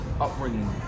upbringing